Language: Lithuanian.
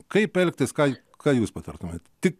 kaip elgtis ką ką jūs patartumėt tik